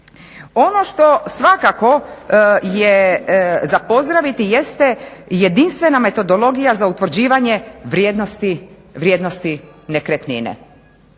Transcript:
Ono što svakako za pozdraviti jeste jedinstvena metodologija za utvrđivanje vrijednosti nekretnine.